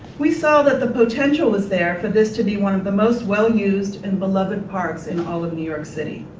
we saw that the potential was there for this to be one of the most well used and beloved parks in all of new york city.